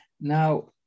Now